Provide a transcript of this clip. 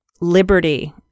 liberty